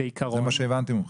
זה מה שהבנתי ממך.